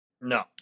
no